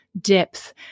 depth